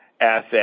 asset